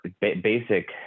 basic